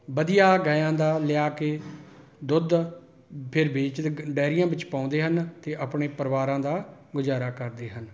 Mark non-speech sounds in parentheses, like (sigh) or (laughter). ਵਧੀਆ ਗਾਈਆਂ ਦਾ ਲਿਆ ਕੇ ਦੁੱਧ ਫਿਰ ਵੇਚ (unintelligible) ਡੈਅਰੀਆਂ ਵਿੱਚ ਪਾਉਂਦੇ ਹਨ ਅਤੇ ਆਪਣੇ ਪਰਿਵਾਰਾਂ ਦਾ ਗੁਜ਼ਾਰਾ ਕਰਦੇ ਹਨ